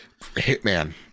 hitman